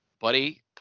buddy